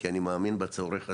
כי אני מאמין בצורך הזה,